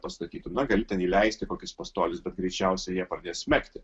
pastatytum na gal ten įleisti kokius pastolius bet greičiausiai jie pradės smegti